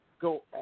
go